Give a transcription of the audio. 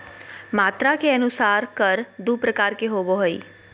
मात्रा के अनुसार कर दू प्रकार के होबो हइ